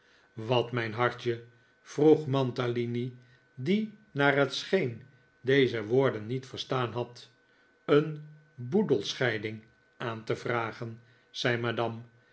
wat mijn hartje vroeg mantalini die naar het scheen deze woorden niet verstaan had een boedelscheiding aan te vragen zei madame